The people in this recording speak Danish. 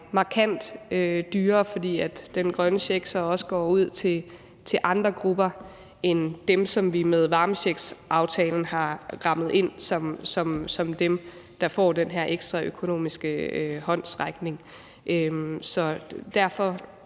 markant dyrere, fordi den grønne check også går ud til andre grupper end dem, som vi med varmecheckaftalen har rammet ind som dem, der får den her ekstra økonomiske håndsrækning. Derfor